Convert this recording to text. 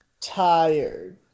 tired